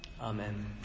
Amen